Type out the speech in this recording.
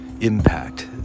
impact